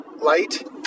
light